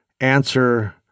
answer